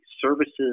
services